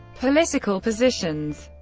political positions